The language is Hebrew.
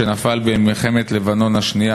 שנפל במלחמת לבנון השנייה,